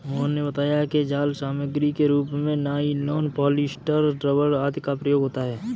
मोहन ने बताया कि जाल सामग्री के रूप में नाइलॉन, पॉलीस्टर, रबर आदि का प्रयोग होता है